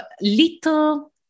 little